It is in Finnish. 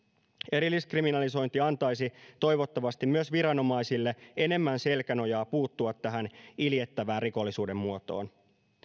erilliskriminalisointi antaisi toivottavasti myös viranomaisille enemmän selkänojaa puuttua tähän iljettävään rikollisuuden muotoon